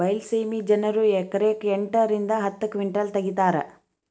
ಬೈಲಸೇಮಿ ಜನರು ಎಕರೆಕ್ ಎಂಟ ರಿಂದ ಹತ್ತ ಕಿಂಟಲ್ ತಗಿತಾರ